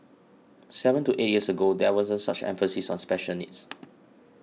seven to eight years ago there wasn't such emphasis on special needs